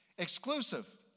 exclusive